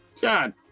God